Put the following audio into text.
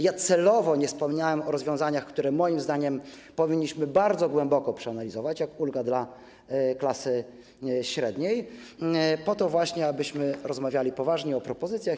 Ja celowo nie wspomniałem o rozwiązaniach, które moim zdaniem powinniśmy bardzo głęboko przeanalizować, takich jak ulga dla klasy średniej, po to właśnie abyśmy rozmawiali poważnie o propozycjach.